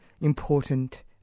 important